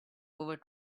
over